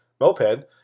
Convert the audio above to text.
moped